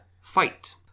Fight